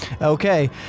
okay